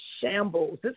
shambles